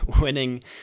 winning